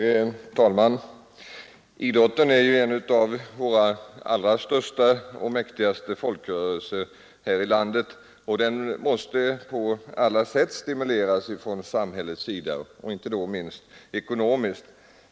Herr talman! Idrotten är en av våra allra största och mäktigaste Torsdagen den folkrörelser, och den måste på alla sätt stimuleras av samhället, inte minst 6 december 1973 ekonomiskt.